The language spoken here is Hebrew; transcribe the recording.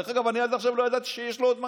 דרך אגב, אני עד עכשיו לא ידעתי שיש לו עוד מנכ"ל.